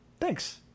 thanks